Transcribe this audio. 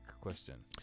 question